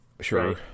Sure